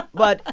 but, ah